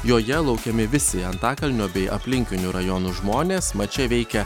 joje laukiami visi antakalnio bei aplinkinių rajonų žmonės mat čia veikia